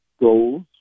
goals